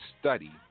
study